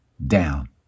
down